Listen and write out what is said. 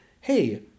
Hey